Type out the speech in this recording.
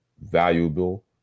valuable